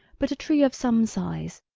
but a tree of some size.